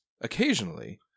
occasionally